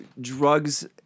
drugs